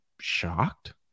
shocked